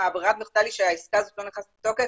ברירת המחדל היא שהעסקה הזו לא נכנסת לתוקף